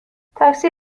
تاکسی